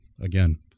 again